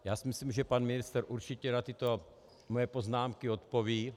Já si myslím, že pan ministr určitě na tyto moje poznámky odpoví.